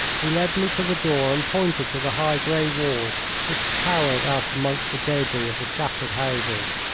he led me to the door and pointed to the high grey wall which towered up amongst the debris of the shattered houses.